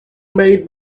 made